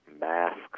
masks